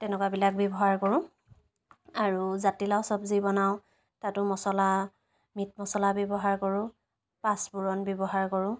তেনেকুৱাবিলাক ব্যৱহাৰ কৰোঁ আৰু জাতিলাও চব্জি বনাওঁ তাতো মছলা মিট মছলা ব্যৱহাৰ কৰোঁ পাঁচপুৰণ ব্যৱহাৰ কৰোঁ